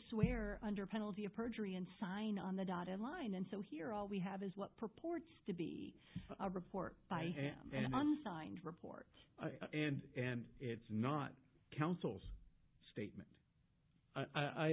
swear under penalty of perjury and sign on the dotted line and so here all we have is what purports to be a report by him and one signed report and and it's not council's statement i